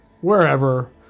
Wherever